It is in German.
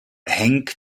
hängt